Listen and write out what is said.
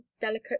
delicate